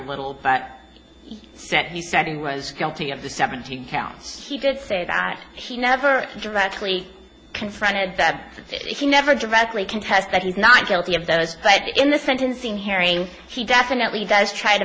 little but said he said he was guilty of the seventeen counts he did say that he never directly confronted that he never directly contest that he's not guilty of those but in the sentencing hearing he definitely does try to